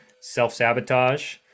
self-sabotage